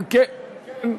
אם כן,